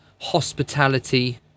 hospitality